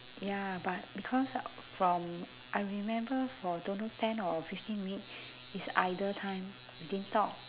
ya but because from I remember for don't know ten or fifteen minute is idle time we didn't talk